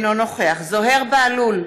אינו נוכח זוהיר בהלול,